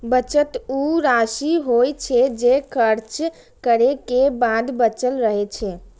बचत ऊ राशि होइ छै, जे खर्च करै के बाद बचल रहै छै